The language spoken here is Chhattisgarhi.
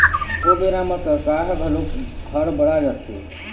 ओ बेरा म सरकार ह घलोक हड़ बड़ा जाथे